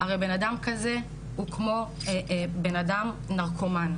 הרי בן אדם כזה הוא כמו בן אדם נרקומן,